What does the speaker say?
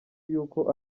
y’uko